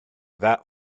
that